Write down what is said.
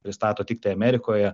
pristato tiktai amerikoje